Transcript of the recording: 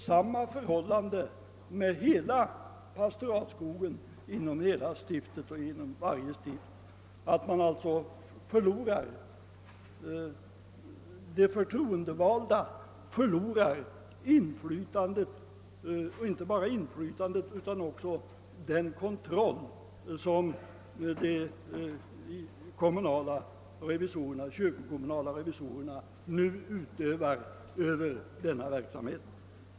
Samma förhållande kommer att råda beträffande förvaltningen av pastoratens skog inom varje stift. De förtroendevalda kommer alltså att förlora inte bara inflytandet över förvaltningen utan även den kontroll som de kyrkokommunala revisorerna nu utövar över denna verksamhet.